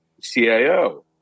CIO